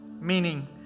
meaning